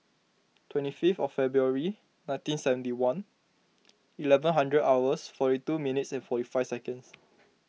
twenty fifth of February nineteen seventy one eleven hundred hours forty two minutes and forty five seconds